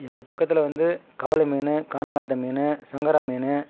எங்கள் பக்கத்தில் வந்து கவலை மீன் கானாங்கத்தை மீன் சங்கரா மீன்